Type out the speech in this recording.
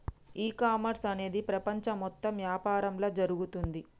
ఈ కామర్స్ అనేది ప్రపంచం మొత్తం యాపారంలా జరుగుతోంది